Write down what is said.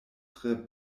tre